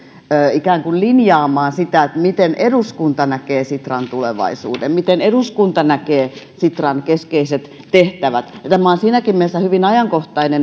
ikään kuin linjaamaan sitä miten eduskunta näkee sitran tulevaisuuden miten eduskunta näkee sitran keskeiset tehtävät tämä on siinäkin mielessä hyvin ajankohtaista